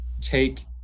take